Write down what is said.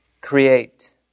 Create